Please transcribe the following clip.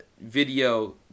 video